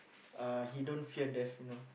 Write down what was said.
uh he don't fear death you know